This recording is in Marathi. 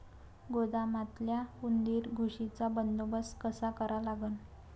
गोदामातल्या उंदीर, घुशीचा बंदोबस्त कसा करा लागन?